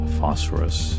Phosphorus